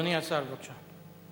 אדוני השר, בבקשה.